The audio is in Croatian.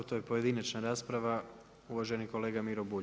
To je pojedinačna rasprava, uvaženi kolega Miro Bulj.